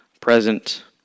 present